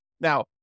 Now